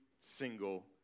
single